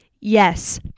Yes